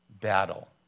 battle